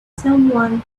someone